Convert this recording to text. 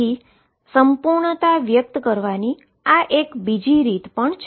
તેથી સંપૂર્ણતા વ્યક્ત કરવાની આ બીજી રીત છે